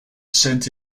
sent